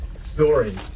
story